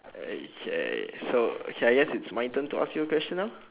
okay so K I guess it's my turn to ask you a question now